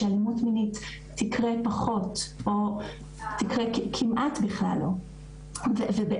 שאלימות מינית תתרחש פחות או כמעט בכלל לא תתרחש.